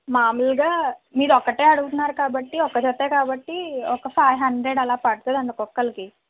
మాములుగా మీరు ఒక్కటే అడుగుతున్నారు కాబట్టి ఒక జతే కాబట్టి ఒక ఫైవ్ హండ్రెడ్ అలా పడుతుంది అండి ఒక్కొక్కరికి